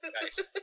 Nice